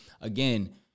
again